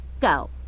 go